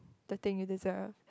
the thing it is a